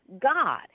God